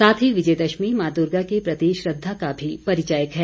साथ ही विजय दशमी मां दूर्गा के प्रति श्रद्धा का भी परिचायक है